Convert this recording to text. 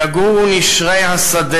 / יגורו נשרי-השדה,